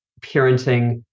parenting